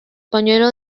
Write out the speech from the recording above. pañuelo